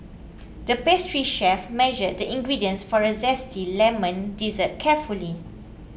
the pastry chef measured the ingredients for a Zesty Lemon Dessert carefully